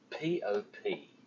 P-O-P